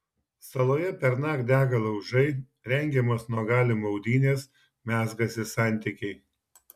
saloje pernakt dega laužai rengiamos nuogalių maudynės mezgasi santykiai